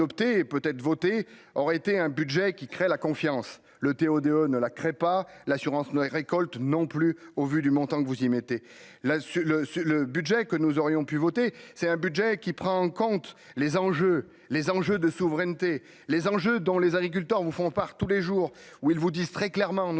pu adopter peut être voté aurait été un budget qui crée la confiance, le TO-DE ne la créent pas l'assurance ne récolte non plus au vu du montant que vous y mettez là sur le, sur le budget que nous aurions pu voter, c'est un budget qui prend en compte les enjeux, les enjeux de souveraineté les enjeux dans les agriculteurs vous font par tous les jours où ils vous disent très clairement, nous,